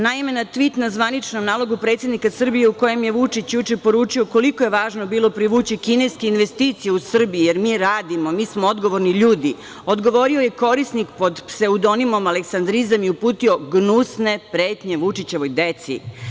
Naime, na tvit, na zvaničnom nalogu predsednika Srbije u kojem je Vučić juče poručio koliko je važno bilo privući kineske investicije u Srbiju, jer mi radimo, mi smo odgovorni ljudi, odgovorio je korisnik pod pseudonimom „aleksandrizam“ i uputio gnusne pretnje Vučićevoj deci.